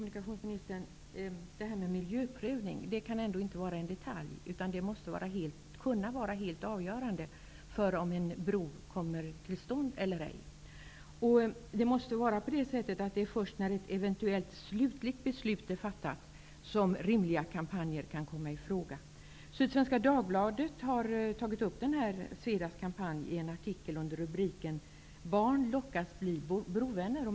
Herr talman! Miljöprövningen kan ändå inte vara en detalj utan måste vara helt avgörande för om en bro kan komma till stånd. Först när ett slutgiltigt beslut är fattat, kan rimliga kampanjer komma i fråga. Sydsvenska Dagbladet har tagit upp denna kampanj i en artikel med rubriken ''Barn lockas bli brovänner''.